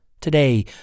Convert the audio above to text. Today